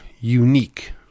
unique